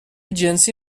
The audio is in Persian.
جنسی